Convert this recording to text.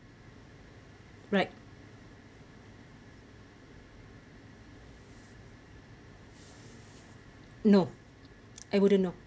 right no I wouldn't know